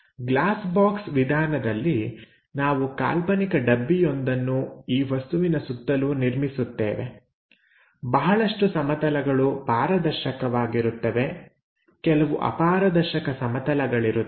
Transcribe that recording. glass box ವಿಧಾನದಲ್ಲಿ ನಾವು ಕಾಲ್ಪನಿಕ ಡಬ್ಬಿಯೊಂದನ್ನು ಈ ವಸ್ತುವಿನ ಸುತ್ತಲೂ ನಿರ್ಮಿಸುತ್ತೇವೆ ಬಹಳಷ್ಟು ಸಮತಲಗಳು ಪಾರದರ್ಶಕವಾಗಿರುತ್ತವೆ ಕೆಲವು ಅಪಾರದರ್ಶಕ ಸಮತಲವಾಗಿರುತ್ತವೆ